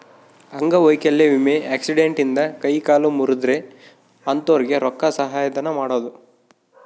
ಅಂಗವೈಕಲ್ಯ ವಿಮೆ ಆಕ್ಸಿಡೆಂಟ್ ಇಂದ ಕೈ ಕಾಲು ಮುರ್ದಿದ್ರೆ ಅಂತೊರ್ಗೆ ರೊಕ್ಕ ಸಹಾಯ ಮಾಡೋದು